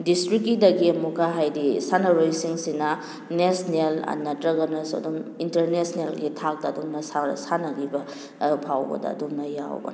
ꯗꯤꯁꯇ꯭ꯔꯤꯛꯀꯤꯗꯒꯤ ꯑꯃꯨꯛꯀ ꯍꯥꯏꯗꯤ ꯁꯥꯟꯅꯔꯣꯏꯁꯤꯡꯁꯤꯅ ꯅꯦꯁꯅꯦꯜ ꯅꯠꯇ꯭ꯔꯒꯅꯁꯨ ꯑꯗꯨꯝ ꯏꯟꯇꯔꯅꯦꯁꯅꯦꯜꯒꯤ ꯊꯥꯛꯇ ꯑꯗꯨꯝꯅ ꯁꯥꯟꯅꯈꯤꯕ ꯑꯗꯨ ꯐꯥꯎꯕꯗ ꯑꯗꯨꯝꯅ ꯌꯥꯎꯕꯅꯤ